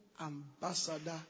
ambassador